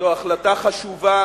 זו החלטה חשובה